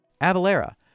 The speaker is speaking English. Avalera